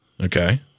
Okay